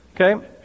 Okay